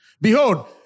Behold